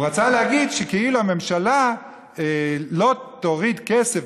הוא רצה להגיד שכאילו הממשלה לא תוריד כסף